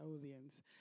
audience